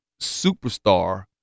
superstar